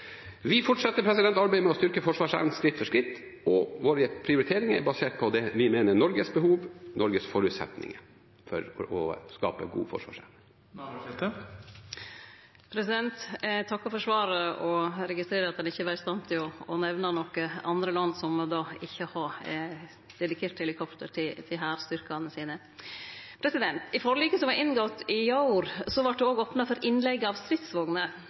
Vi fortsetter arbeidet med å styrke forsvarsevnen skritt for skritt, og våre prioriteringer er basert på det vi mener er Norges behov og Norges forutsetninger for å skape god forsvarsevne. Eg takkar for svaret, og eg registrerer at ein ikkje var i stand til å nemne andre land som ikkje har dedikert helikopter til hærstyrkane sine. I forliket som vart inngått i går, vart det òg opna for leige av